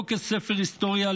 לא כספר היסטוריה,